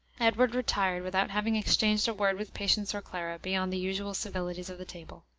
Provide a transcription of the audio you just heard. edward retired without having exchanged a word with patience or clara beyond the usual civilities of the table.